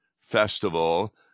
festival